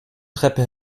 treppe